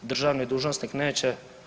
Državni dužnosnik neće.